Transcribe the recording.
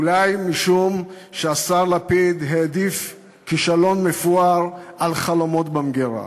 אולי משום שהשר לפיד העדיף כישלון מפואר על חלומות במגירה.